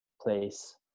place